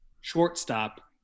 shortstop